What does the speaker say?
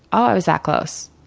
oh, i was that close.